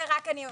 ורק אני מסבירה,